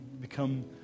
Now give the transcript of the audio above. become